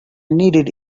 needed